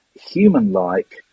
human-like